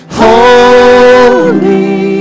holy